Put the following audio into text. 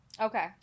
Okay